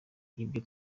ibyo